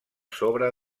sobre